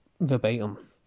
Verbatim